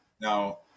Now